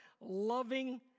Loving